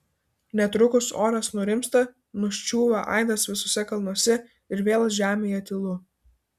netrukus oras nurimsta nuščiūva aidas visuose kalnuose ir vėl žemėje tylu